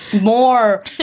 more